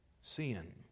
sin